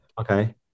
Okay